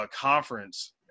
conference